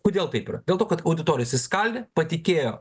kodėl taip yra dėl to kad auditorijas išskaldė patikėjo